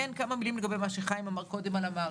כמה מילים לגבי מה שחיים אמר קודם על המערכת.